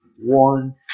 one